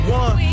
one